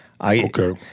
Okay